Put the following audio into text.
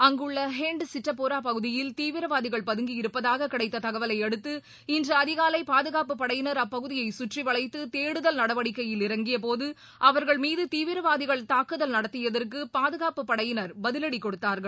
அங்குள்ள ஹென்ட் சிட்டபோரா பகுதியில் தீவிரவாதிகள் பதங்கியிருப்பதாக கிடைத்த தகவலை அடுத்து இன்று அதிகாலை பாதுகாப்பு படையினர் அப்பகுதியை கற்றிவளைத்து தேடுதல் நடவடிக்கையில இறங்கியபோது அவர்கள் மீது தீவிரவாதிகள் தாக்குதல் நடத்தியதற்கு பாதுகாப்பு படையினர் பதிவடி கொடுத்தார்கள்